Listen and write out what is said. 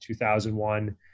2001